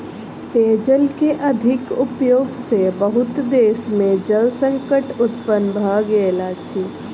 पेयजल के अधिक उपयोग सॅ बहुत देश में जल संकट उत्पन्न भ गेल अछि